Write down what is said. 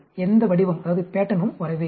எந்த வடிவமும் வரவே இல்லை